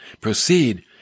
proceed